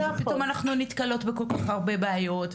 פתאום אנחנו נתקלות בכל כך הרבה בעיות,